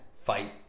fight